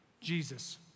Jesus